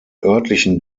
örtlichen